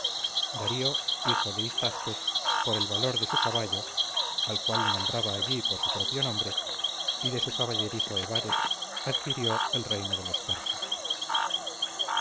darío hijo de histaspes por el valor de su caballo al cual nombraba allí por su propio nombre y de su caballerizo ebares adquirió el reino de los persas